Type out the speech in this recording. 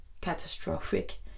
catastrophic